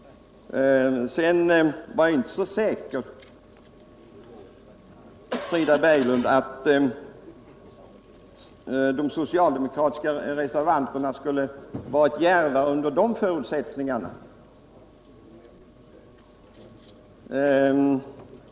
Men var inte så säker, Frida Berglund, på att de socialdemokratiska reservanterna skulle ha varit djärvare under de förutsättningarna.